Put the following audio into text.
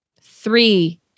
Three